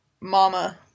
Mama